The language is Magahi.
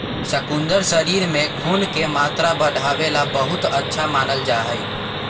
शकुन्दर शरीर में खून के मात्रा बढ़ावे ला बहुत अच्छा मानल जाहई